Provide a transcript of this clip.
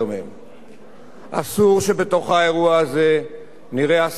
אסור שבתוך האירוע הזה נראה השנָאה של ציבור בציבור,